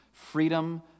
Freedom